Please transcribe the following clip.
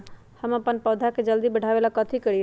हम अपन पौधा के जल्दी बाढ़आवेला कथि करिए?